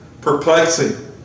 perplexing